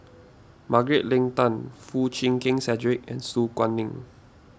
Margaret Leng Tan Foo Chee Keng Cedric and Su Guaning